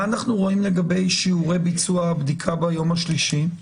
מה אנחנו רואים לגביה שיעורי ביצוע הבדיקה ביום השלישי?